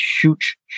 huge